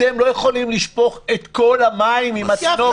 אתם לא יכולים לשפוך את כל המים עם התינוק.